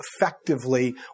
effectively